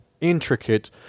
intricate